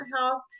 Health